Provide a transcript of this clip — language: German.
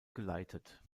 geleitet